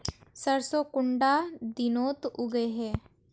सरसों कुंडा दिनोत उगैहे?